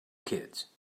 kids